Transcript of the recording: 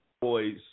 boys